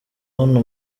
hano